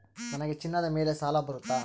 ನನಗೆ ಚಿನ್ನದ ಮೇಲೆ ಸಾಲ ಬರುತ್ತಾ?